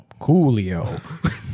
Coolio